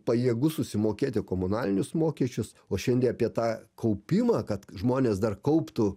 pajėgus susimokėti komunalinius mokesčius o šiandie apie tą kaupimą kad žmonės dar kauptų